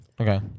Okay